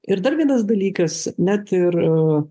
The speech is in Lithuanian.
ir dar vienas dalykas net ir